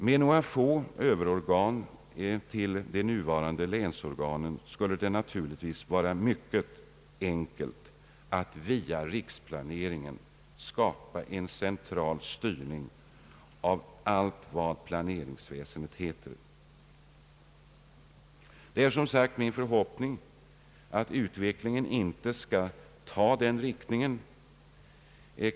Med några få överorgan till de nuvarande länsorganen skulle det naturligtvis vara mycket enkelt att via riksplaneringen skapa en central styrning av allt vad planeringsväsen heter. Det är som sagt min förhoppning att utvecklingen inte skall ta den riktningen.